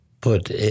put